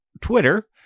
Twitter